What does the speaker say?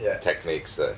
techniques